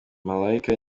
malaika